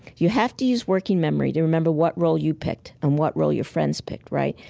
you have to use working memory to remember what role you picked and what role your friends picked, right?